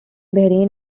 bahrain